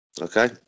Okay